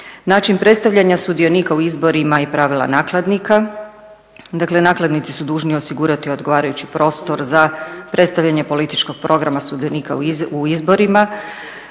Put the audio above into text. Način predstavljanja sudionika u izborima i pravila nakladnika. Dakle, nakladnici su dužni osigurati odgovarajući prostor za predstavljanje političkog programa sudionika u izborima.